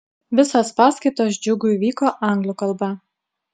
visos paskaitos džiugui vyko anglų kalba